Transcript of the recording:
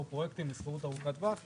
לאותה אוכלוסייה שאנחנו מדברים עליה,